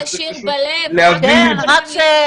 רק צריך פשוט להבין את זה.